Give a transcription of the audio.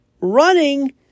running